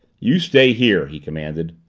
you stay here, he commanded.